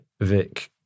Vic